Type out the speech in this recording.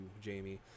Jamie